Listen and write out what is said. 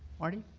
marty?